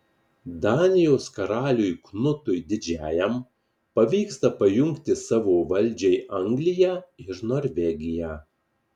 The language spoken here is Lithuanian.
danijos karaliui knutui didžiajam pavyksta pajungti savo valdžiai angliją ir norvegiją